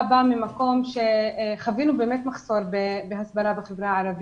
בא ממקום שחווינו מחסור בהסברה בחברה הערבית.